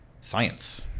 science